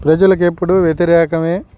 ప్రజలకు ఎప్పుడు వ్యతిరేకమే